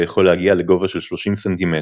ויכול להגיע לגובה של 30 ס"מ.